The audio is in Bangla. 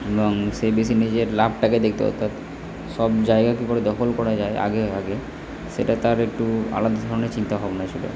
এবং সে বেশি নিজের লাভটাকে দেখতো অর্থাৎ সব জায়গা কি করে দখল করা যায় আগে আগে সেটা তার একটু আলাদা ধরনের চিন্তা ভাবনা ছিল